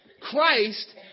Christ